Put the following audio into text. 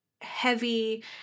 heavy